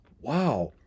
wow